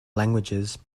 languages